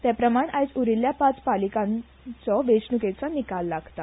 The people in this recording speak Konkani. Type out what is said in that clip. ते प्रमाण आयज उरिल्ल्या पाच पालिकांचो वेचणूकेचो निकाल लागता